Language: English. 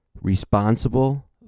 responsible